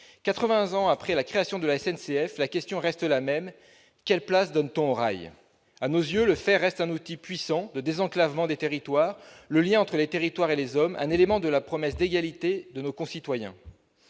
ans après la création de la SNCF, la question reste la même : quelle place donne-t-on au rail ? À nos yeux, le chemin de fer reste un outil puissant de désenclavement des territoires ; il est le lien entre les territoires et les hommes, un élément de la promesse d'égalité chère à nos concitoyens.